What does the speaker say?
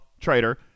trader